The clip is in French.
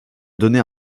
donner